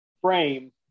frame